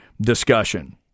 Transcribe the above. discussion